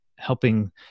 helping